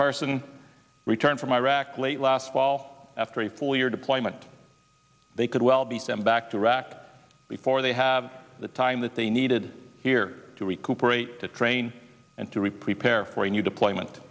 carson returned from iraq late last fall after a full year deployment they could well be sent back to iraq before they have the time that they needed here to recuperate to train and to re prepare for a new deployment